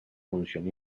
función